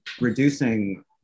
reducing